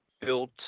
built